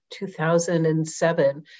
2007